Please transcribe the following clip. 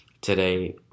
today